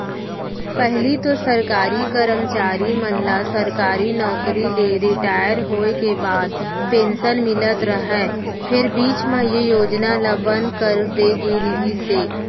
पहिली तो सरकारी करमचारी मन ल सरकारी नउकरी ले रिटायर होय के बाद पेंसन मिलत रहय फेर बीच म ए योजना ल बंद करे दे गे रिहिस हे